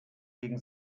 gegen